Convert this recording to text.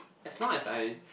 as long as I